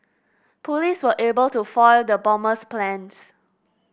police were able to foil the bomber's plans